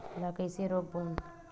ला कइसे रोक बोन?